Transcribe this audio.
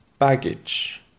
baggage